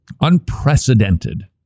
unprecedented